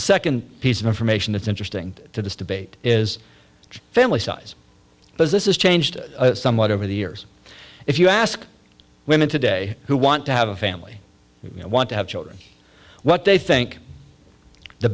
second piece of information it's interesting to this debate is family size but this is changed somewhat over the years if you ask women today who want to have a family you know want to have children what they think the